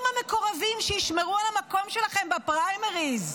המקורבים שישמרו על המקום שלכם בפריימריז.